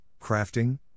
crafting